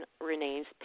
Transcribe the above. Renee's